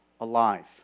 alive